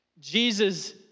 Jesus